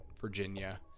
Virginia